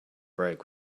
break